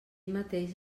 mateix